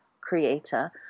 creator